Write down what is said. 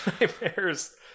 nightmares